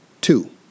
Two